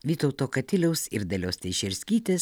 vytauto katiliaus ir dalios teišerskytės